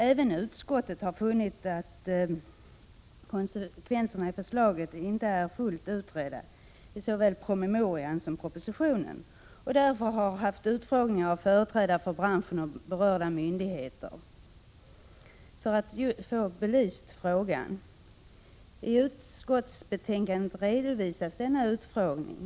Även utskottet har funnit att konsekvenserna av förslaget inte är fullt utredda, varken i promemorian eller i propositionen, och har därför anordnat utfrågningar av företrädare för branschen och berörda myndigheter, för att få frågan belyst. Dessa utfrågningar redovisas i utskottsbetänkandet.